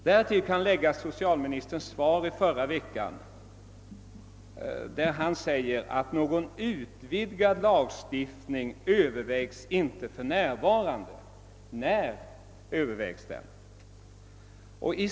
Därtill kan läggas socialministerns svar i förra veckan där han sade att någon utvidgad lagstiftning f. n. inte övervägs. När övervägs en lagstiftning?